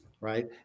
Right